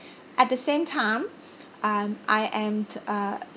at the same time um I am uh